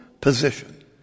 position